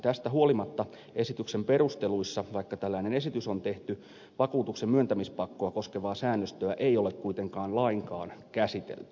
tästä huolimatta esityksen perusteluissa vaikka tällainen esitys on tehty vakuutuksen myöntämispakkoa koskevaa säännöstöä ei ole kuitenkaan lainkaan käsitelty